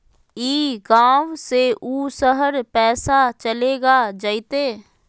ई गांव से ऊ शहर पैसा चलेगा जयते?